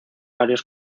varios